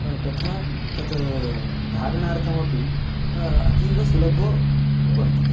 तथा तद् धारणार्थमपि अतीव सुलभो वर्तते